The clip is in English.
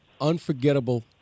unforgettable